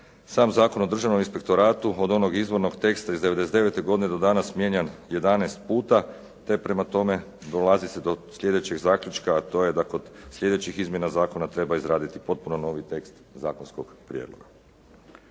sam Zakon o državnom inspektoratu od onog izvornog teksta iz '99. godine do danas mijenjan 11 pute, te prema tome dolazi se do sljedećeg zaključka, a to je da kod sljedećih izmjena zakona treba izraditi potpuno novi tekst zakonskog prijedloga.